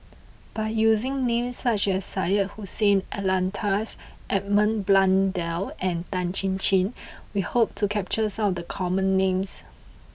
by using names such as Syed Hussein Alatas Edmund Blundell and Tan Chin Chin we hope to capture some of the common names